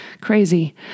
crazy